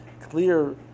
clear